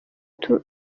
utu